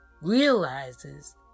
realizes